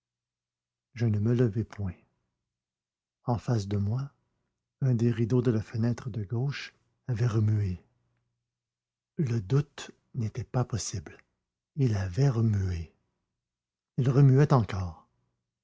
je ne me levai point en face de moi un des rideaux de la fenêtre de gauche avait remué le doute n'était pas possible il avait remué il remuait encore